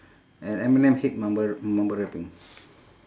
and eminem hate mumble mumble rapping